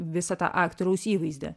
visą tą aktoriaus įvaizdį